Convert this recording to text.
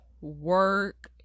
work